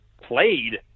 played